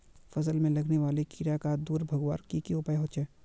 फसल में लगने वाले कीड़ा क दूर भगवार की की उपाय होचे?